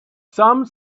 some